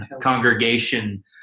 congregation